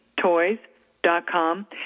toys.com